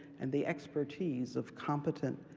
and the expertise of competent,